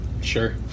Sure